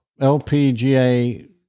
LPGA